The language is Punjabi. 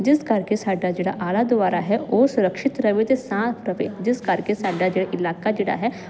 ਜਿਸ ਕਰਕੇ ਸਾਡਾ ਜਿਹੜਾ ਆਲਾ ਦੁਆਰਾ ਹੈ ਉਹ ਸੁਰਸ਼ਿਤ ਰਵੇ ਤੇ ਜਿਸ ਕਰਕੇ ਸਾਡਾ ਜਿਹੜਾ ਇਲਾਕਾ ਜਿਹੜਾ ਹੈ